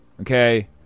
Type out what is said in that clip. okay